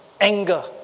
anger